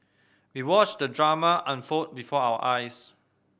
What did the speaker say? we watched the drama unfold before our eyes